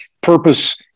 purpose